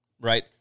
right